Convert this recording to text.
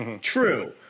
true